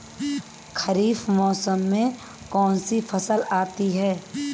खरीफ मौसम में कौनसी फसल आती हैं?